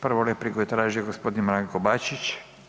Prvu repliku je tražio gospodin Branko Bačić.